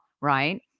right